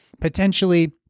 Potentially